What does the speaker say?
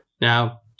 Now